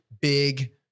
big